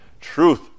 truth